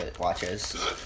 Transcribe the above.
watches